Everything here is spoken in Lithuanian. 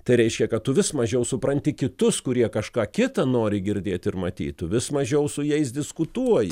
tai reiškia kad tu vis mažiau supranti kitus kurie kažką kitą nori girdėt ir matyt tu vis mažiau su jais diskutuoji